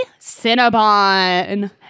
Cinnabon